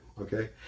Okay